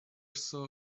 saw